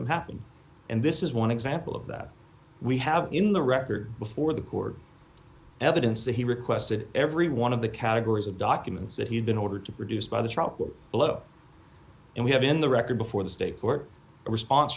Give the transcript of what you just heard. them happen and this is one example of that we have in the record before the court evidence that he requested every one of the categories of documents that he had been ordered to produce by the trial court below and we have in the record before the state court a response